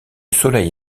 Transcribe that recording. soleil